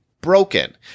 broken